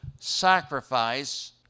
sacrifice